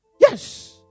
Yes